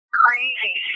crazy